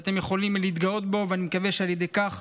אתם יכולים להתגאות בו, ואני מקווה שעל ידי כך